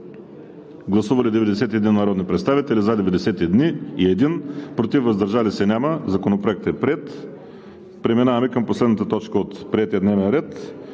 Гласували 91 народни представители: за 91, против и въздържали се няма. Законопроектът е приет. Преминаваме към последната точка от приетия дневен ред: